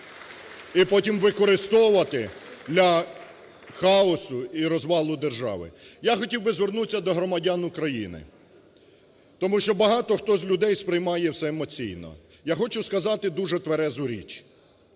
і потім використовувати для хаосу і розвалу держави. Я хотів би звернутися до громадян України. Тому що багато хто з людей сприймає все емоційно. Я хочу сказати дуже тверезу річ.